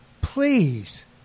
please